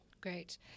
Great